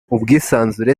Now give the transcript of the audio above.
ubwisanzure